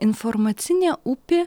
informacinė upė